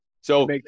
So-